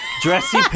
dressy